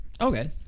Okay